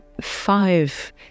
five